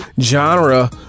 genre